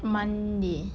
monday